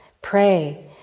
Pray